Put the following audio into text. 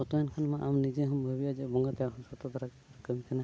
ᱥᱚᱛᱚᱭᱮᱱ ᱠᱷᱟᱱᱢᱟ ᱟᱢ ᱱᱤᱡᱮ ᱦᱚᱸᱢ ᱵᱷᱟᱵᱤᱭᱟ ᱡᱮ ᱵᱚᱸᱜᱟ ᱫᱚ ᱥᱚᱛᱚ ᱫᱟᱨᱟᱜᱮ ᱠᱟᱹᱢᱤ ᱠᱟᱱᱟᱭ